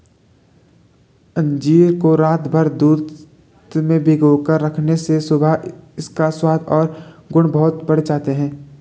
अंजीर को रातभर दूध में भिगोकर रखने से सुबह इसका स्वाद और गुण बहुत बढ़ जाते हैं